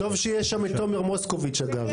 טוב שיש שם את תומר מוסקוביץ', אגב.